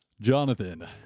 Jonathan